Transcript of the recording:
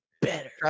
better